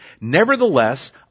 Nevertheless